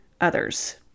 others